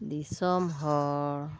ᱫᱤᱥᱚᱢ ᱦᱚᱲ